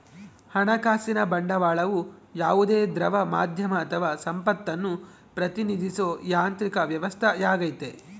ಹಣಕಾಸಿನ ಬಂಡವಾಳವು ಯಾವುದೇ ದ್ರವ ಮಾಧ್ಯಮ ಅಥವಾ ಸಂಪತ್ತನ್ನು ಪ್ರತಿನಿಧಿಸೋ ಯಾಂತ್ರಿಕ ವ್ಯವಸ್ಥೆಯಾಗೈತಿ